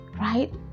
right